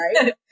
right